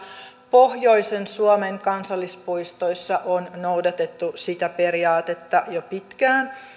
pohjoisen suomen kansallispuistoissa on noudatettu sitä periaatetta jo pitkään